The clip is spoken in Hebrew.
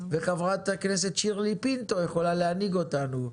וחברת הכנסת שירלי פינטו יכולה להנהיג אותנו,